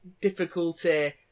difficulty